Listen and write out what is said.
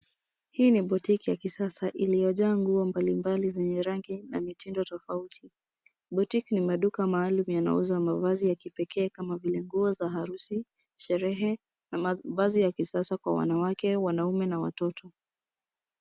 Hii ni boutique ya kisasa iliyojaa nguo mbalimbali zenye rangi na mitindo tofauti. Boutique ni maduka maalum yanauza mavazi ya kipekee kama vile nguo za harusi, sherehe na mavazi ya kisasa kwa wanawake, wanaume na watoto.